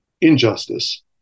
injustice